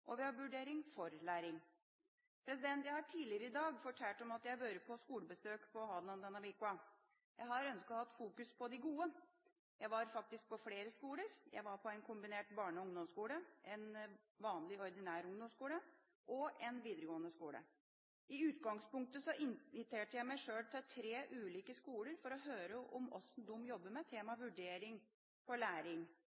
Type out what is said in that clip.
og vi har vurdering for læring. Jeg har tidligere i dag fortalt om at jeg har vært på skolebesøk på Hadeland denne uka. Jeg har ønsket å fokusere på de gode. Jeg var faktisk på flere skoler. Jeg var på en kombinert barne- og ungdomsskole, en ordinær ungdomsskole og en videregående skole. I utgangspunktet inviterte jeg meg sjøl til tre ulike skoler for å høre om hvordan de jobbet med